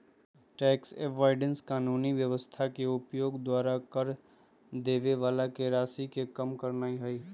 tax avoidance कानूनी व्यवस्था के उपयोग द्वारा कर देबे बला के राशि के कम करनाइ हइ